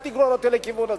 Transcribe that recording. אל תגרור אותי לכיוון הזה.